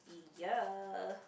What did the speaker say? yeah